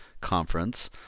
Conference